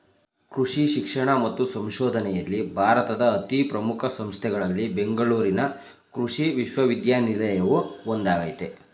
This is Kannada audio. ಕೃಷಿ ಶಿಕ್ಷಣ ಮತ್ತು ಸಂಶೋಧನೆಯಲ್ಲಿ ಭಾರತದ ಅತೀ ಪ್ರಮುಖ ಸಂಸ್ಥೆಗಳಲ್ಲಿ ಬೆಂಗಳೂರಿನ ಕೃಷಿ ವಿಶ್ವವಿದ್ಯಾನಿಲಯವು ಒಂದಾಗಯ್ತೆ